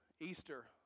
Easter